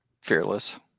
Fearless